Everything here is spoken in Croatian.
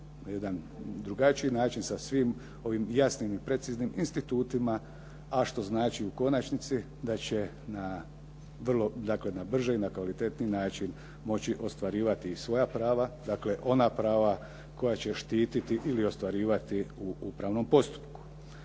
drugačiji način sa svim ovim jasnim i preciznim institutima, a što znači u konačnici da će na vrlo, dakle na brži i kvalitetniji način moći ostvarivati i svoja prava. Dakle, ona prava koja će štititi ili ostvarivati u upravnom postupku.